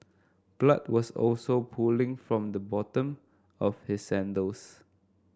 blood was also pooling from the bottom of his sandals